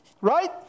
right